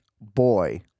boy